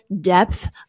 depth